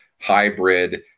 hybrid